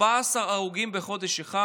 14 הרוגים בחודש אחד